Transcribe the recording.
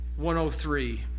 103